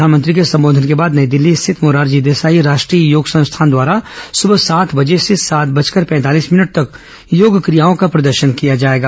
प्रधानमंत्री के संबोधन के बाद नई दिल्ली स्थित मोरारजी देसाई राष्ट्रीय योग संस्थान द्वारा सुबह सात बजे से सात बजकर पैंतालीस भिनट तक योग क्रियाओं का प्रदर्शन किया जाएगा